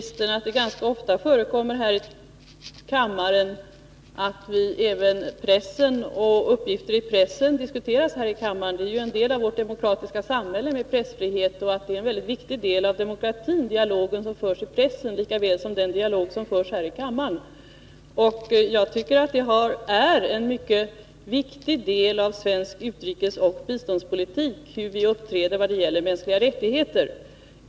Herr talman! Det förekommer ganska ofta, utrikesministern, att uppgifter i pressen diskuteras här i kammaren. Pressfriheten är ju en del i vårt demokratiska samhälle, och den dialog som förs i pressen är en viktig del av demokratin lika väl som den debatt som förs i riksdagen. Jag tycker att det är en mycket viktig del av svensk utrikesoch biståndspolitik hur vi uppträder när det gäller mänskliga rättigheter.